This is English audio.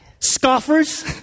scoffers